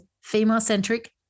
female-centric